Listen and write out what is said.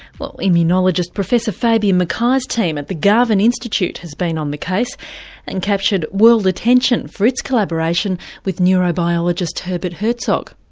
well, immunologist professor fabienne mackay's team at the garvan institute has been on the case and captured world attention for its collaboration with neurobiologist herbert hertzog.